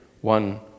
one